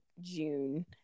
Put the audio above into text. June